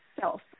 self